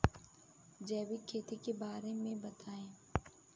जैविक खेती के बारे में बताइ